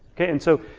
okay? and so,